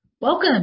Welcome